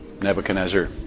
Nebuchadnezzar